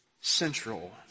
central